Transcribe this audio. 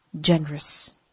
generous